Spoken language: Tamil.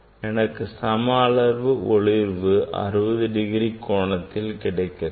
எனக்கு சம அளவு ஒளிர்வு 60 டிகிரி கோணத்தில் கிடைக்கிறது